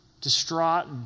distraught